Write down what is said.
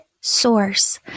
source